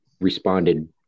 responded